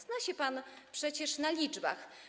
Zna się pan przecież na liczbach.